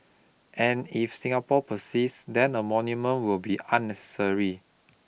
and if Singapore persists then a monument will be unnecessary